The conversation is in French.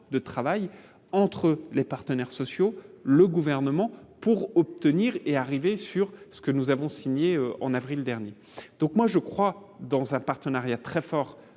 de travail entre les partenaires sociaux, le gouvernement pour obtenir et arriver sur ce que nous avons signé en avril dernier, donc moi je crois dans un partenariat très fort